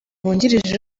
wungirije